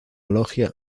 logia